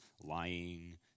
lying